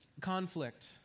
conflict